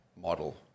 model